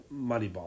Moneyball